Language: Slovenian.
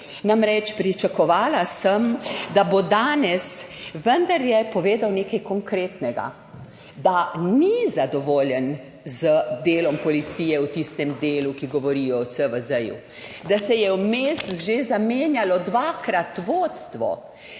Namreč, pričakovala sem, da bo danes vendarle povedal nekaj konkretnega, da ni zadovoljen z delom policije v tistem delu, ki govori o CVZ, da se je vmes že zamenjalo dvakrat vodstvo,